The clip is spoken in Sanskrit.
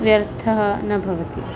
व्यर्थता न भवति